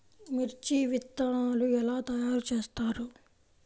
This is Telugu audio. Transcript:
మిర్చి విత్తనాలు ఎలా తయారు చేస్తారు?